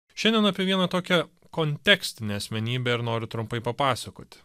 šiandien apie vieną tokią kontekstinę asmenybę ir noriu trumpai papasakoti